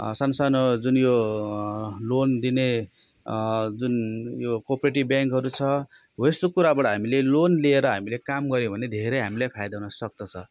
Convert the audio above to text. सान्सानु जुन यो लोन दिने जुन यो को अप्रेटिभ ब्याङ्कहरू छ हो यस्तो कुराबाट हामीले लोन लिएर हामीले काम गऱ्यौँ भने धेरै हामीलाई फाइदा हुन सक्दछ